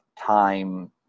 time